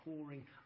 pouring